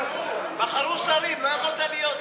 בחרו שרים, לא יכולת להיות,